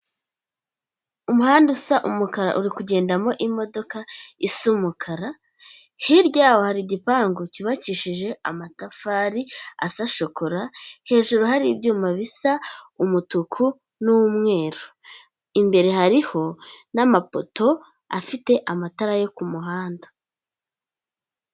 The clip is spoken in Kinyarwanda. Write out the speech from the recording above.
Umuhanda usa umukara uri kugendamo imodoka isa umukara, hirya y'aho hari igipangu cyubakishije amatafari asa shokora, hejuru hari ibyuma bisa umutuku n'umweru, imbere hariho n'amapoto afite amatara yo ku muhanda.